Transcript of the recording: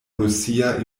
rusia